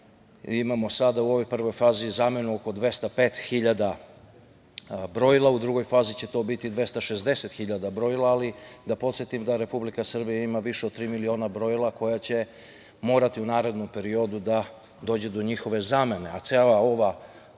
imamo sada u ovoj prvoj fazi zamenu oko 205 hiljada brojila, a u drugoj fazi će to biti 260 hiljada brojila. Da podsetim da Republika Srbija ima više od tri miliona brojila koja će morati u narednom periodu da dođe do njihove zamene, a ceo ovaj